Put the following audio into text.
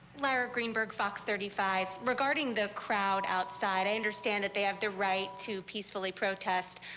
meyer greenberg fox thirty five regarding the crowd outside a understand that they have the right to peacefully protest.